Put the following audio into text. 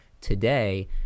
today